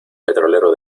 petrolero